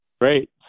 Great